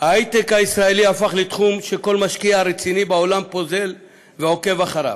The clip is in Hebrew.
ההיי-טק הישראלי הפך לתחום שכל משקיע רציני בעולם פוזל ועוקב אחריו,